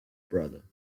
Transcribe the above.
brother